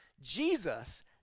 Jesus